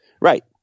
right